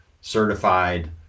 certified